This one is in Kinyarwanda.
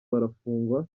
barafungwa